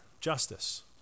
justice